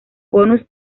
bonus